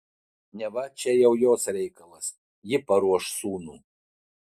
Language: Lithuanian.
neva čia jau jos reikalas ji paruoš sūnų